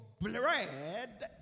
bread